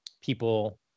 people